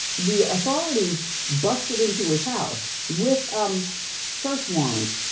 the authorities busted into his house with um search warrants,